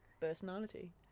personality